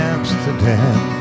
Amsterdam